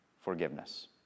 forgiveness